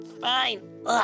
fine